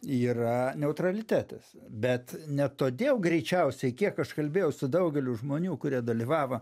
yra neutralitetas bet ne todėl greičiausiai kiek aš kalbėjau su daugeliu žmonių kurie dalyvavo